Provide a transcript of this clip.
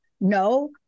no